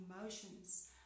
emotions